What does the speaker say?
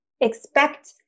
expect